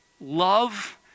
love